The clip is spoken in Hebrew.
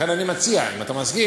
לכן אני מציע, אם אתה מסכים,